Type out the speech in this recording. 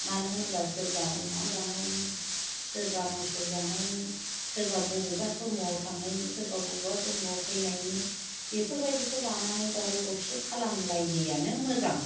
मानो होनोब्ला सोरबा अमा जानायनि सोरबा मोसौ जानायनि सोरबा बबेबा धोरोमाव थांनायनि सोरबा बबेबा धोरोमाव फैनायनि बेफोरबायदिखौ लानानै दावराव खालामलायैआनो मोजां